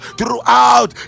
throughout